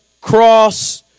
cross